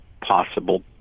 possible